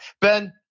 Ben